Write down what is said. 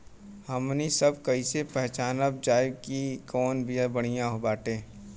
हमनी सभ कईसे पहचानब जाइब की कवन बिया बढ़ियां बाटे?